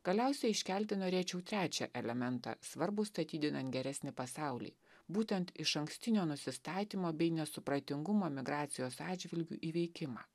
galiausiai iškelti norėčiau trečią elementą svarbų statydinant geresnį pasaulį būtent išankstinio nusistatymo bei nesupratingumo migracijos atžvilgiu įveikimą